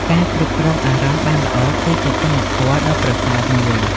ការគ្រប់គ្រងអារម្មណ៍បានល្អ គឺជាគុណធម៌ដ៏ប្រសើរមួយ។